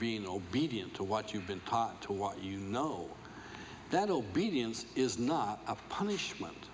being obedient to what you've been taught to what you know that obedience is not a punishment